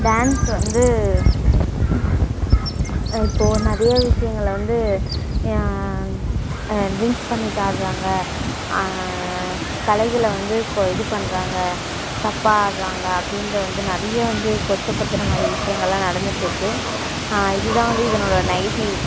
dance வந்து இப்போது நிறைய விஷயங்கள வந்து ஏ டிரிங்க்ஸ் பண்ணிகிட்டு ஆடுறாங்க கலைகளை வந்து கோ இது பண்றாங்க தப்பாக ஆடுறாங்க அப்படின்ற வந்து நிறைய வந்து கொச்சைப்படுத்துன மாதிரி விஷயங்கள்லாம் நடந்துட்டிருக்கு இது தான் வந்து இதனோடய நெகட்டிவ்